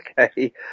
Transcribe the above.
Okay